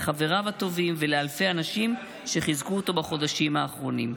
לחבריו הטובים ולאלפי אנשים שחיזקו אותו בחודשים האחרונים.